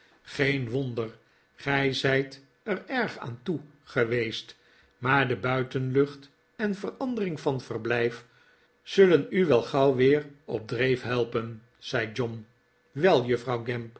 geen wonder jgij zijt er erg aan toe geweest maar de buitenlucht en verandering van verblijf zullen u wel gauw weer op dreef helpen zei john wel juffrouw